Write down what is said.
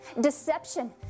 deception